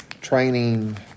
training